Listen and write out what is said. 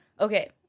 Okay